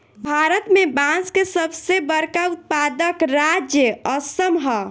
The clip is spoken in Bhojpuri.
भारत में बांस के सबसे बड़का उत्पादक राज्य असम ह